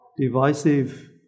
Divisive